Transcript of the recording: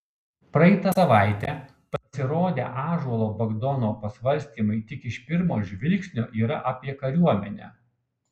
praeitą savaitę pasirodę ąžuolo bagdono pasvarstymai tik iš pirmo žvilgsnio yra apie kariuomenę